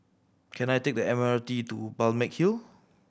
can I take the M R T to Balmeg Hill